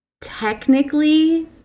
Technically